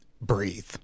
breathe